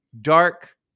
dark